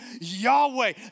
Yahweh